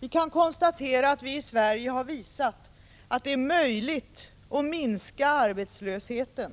Vi kan konstatera att vi i Sverige har visat att det är möjligt att minska arbetslösheten